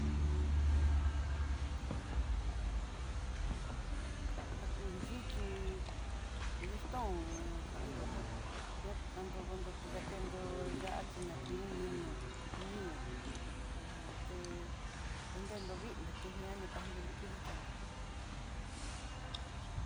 Jakun yixhí listón no kando já, ña kanrodono tí dakendó ya'á, chinankin minó ñi'e ho té datendó vid nikandodí kuditanró.